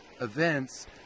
events